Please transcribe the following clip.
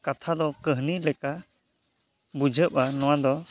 ᱠᱟᱛᱷᱟ ᱫᱚ ᱠᱟᱹᱦᱱᱤ ᱞᱮᱠᱟ ᱵᱩᱡᱷᱟᱹᱜᱼᱟ ᱱᱚᱣᱟ ᱫᱚ